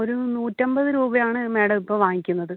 ഒരു നൂറ്റമ്പത് രൂപയാണ് മാഡം ഇപ്പം വാങ്ങിക്കുന്നത്